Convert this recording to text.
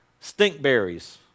stinkberries